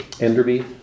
enderby